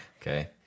Okay